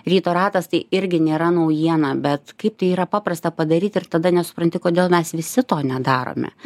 ryto ratas tai irgi nėra naujiena bet kaip tai yra paprasta padaryt ir tada nesupranti kodėl mes visi to nedarome